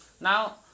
Now